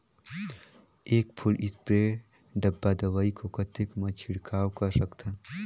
एक full spray डब्बा दवाई को कतेक म छिड़काव कर सकथन?